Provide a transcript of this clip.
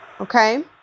Okay